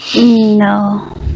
No